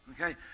Okay